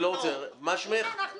טוב, המשטרה בזכות דיבור.